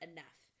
Enough